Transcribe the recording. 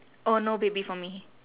oh no baby for me